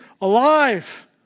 alive